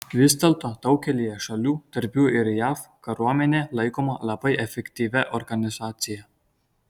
vis dėlto daugelyje šalių tarp jų ir jav kariuomenė laikoma labai efektyvia organizacija